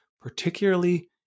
particularly